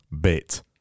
Bit